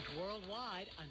worldwide